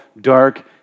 dark